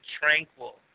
tranquil